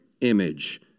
image